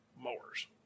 mowers